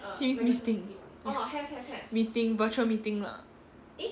teams meeting meeting virtual meeting lah